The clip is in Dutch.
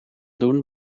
doen